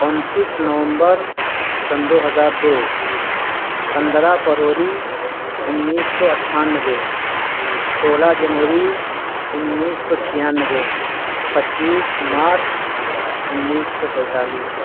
انتیس نومبر سن دو ہزار دو پندرہ فروری انیس سو اٹھانوے سولہ جنوری انیس سو چھیانوے پچیس مارچ انیس سو پینتالیس